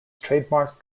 trademark